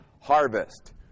harvest